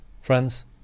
Friends